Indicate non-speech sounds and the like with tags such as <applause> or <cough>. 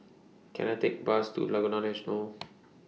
Can I Take Bus to Laguna National <noise>